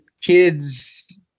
kids